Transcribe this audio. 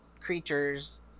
creatures